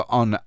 on